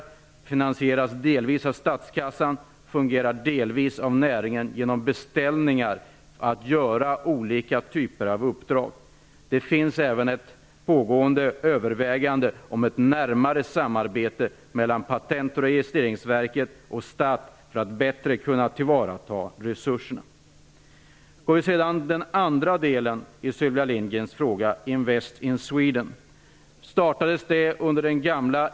Den finansieras delvis ur statskassan och delvis av näringen genom beställningar av olika typer av uppdrag. För närvarande övervägs ett närmare sambarbete mellan Patent och registreringsverket och STATT för att bättre kunna tillvarata resurserna.